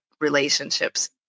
relationships